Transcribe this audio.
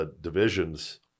divisions